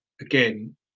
again